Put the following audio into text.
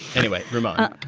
anyway. vermont.